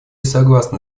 согласна